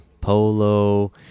Polo